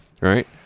Right